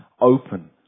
open